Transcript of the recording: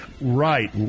Right